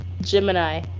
Gemini